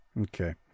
okay